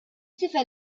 tifel